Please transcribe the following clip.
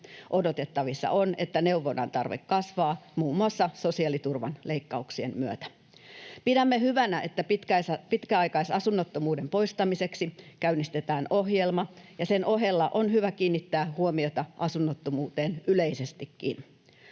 Odotettavissa on, että neuvonnan tarve kasvaa muun muassa sosiaaliturvan leikkauksien myötä. Pidämme hyvänä, että pitkäaikaisasunnottomuuden poistamiseksi käynnistetään ohjelma, ja sen ohella on hyvä kiinnittää huomiota asunnottomuuteen yleisestikin.